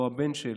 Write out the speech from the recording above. לא הבן של.